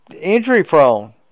injury-prone